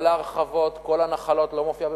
כל ההרחבות, כל הנחלות, לא מופיע במכרזים.